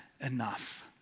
enough